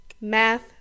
math